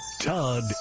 Todd